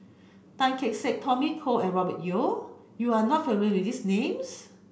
Tan Kee Sek Tommy Koh and Robert Yeo you are not familiar with these names